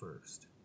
first